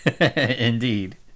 Indeed